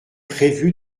prévu